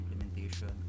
implementation